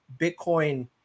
Bitcoin